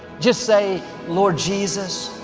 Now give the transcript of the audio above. just say, lord jesus,